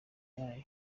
yayo